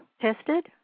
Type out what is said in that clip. Tested